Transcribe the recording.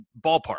ballpark